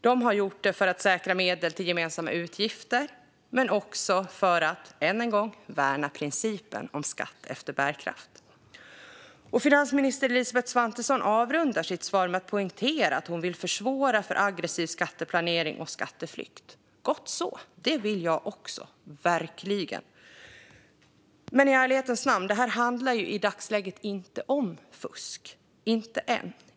Det har de gjort för att säkra medel till gemensamma utgifter men också för att, än en gång, värna principen om skatt efter bärkraft. Finansminister Elisabeth Svantesson avrundar sitt svar med att poängtera att hon vill försvåra för aggressiv skatteplanering och skatteflykt. Gott så - det vill jag också, verkligen. Men i ärlighetens namn handlar detta i dagsläget inte om fusk, inte än.